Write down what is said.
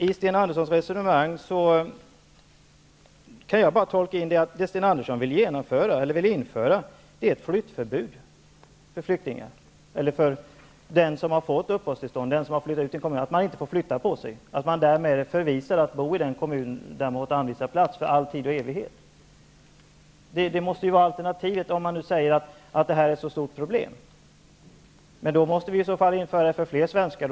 I Sten Anderssons resonemang kan jag bara tolka in att han vill införa ett flyttförbud för den som fått uppehållstillstånd. Den personen skulle därmed vara hänvisad att bo i den kommunen där plats blivit anvisad för all tid och evighet. Detta måste vara alternativet om man säger att omflyttningen är ett så stort problem. Men i så fall måste vi väl införa detta förbud för fler svenskar.